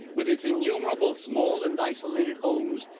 with its innumerable small and isolated homes,